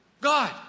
God